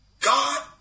God